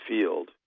field